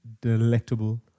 delectable